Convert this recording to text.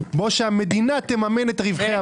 --- שהמדינה תממן את רווחי הבנקים.